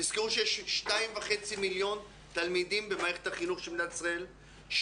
תזכרו שיש 2.5 מיליון תלמידים במערכת החינוך של מדינת ישראל,